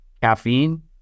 Caffeine